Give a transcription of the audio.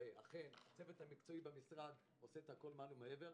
אכן הצוות המקצועי במשרד עושה הכול מעל ומעבר.